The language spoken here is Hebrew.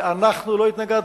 ואנחנו לא התנגדנו.